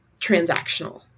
transactional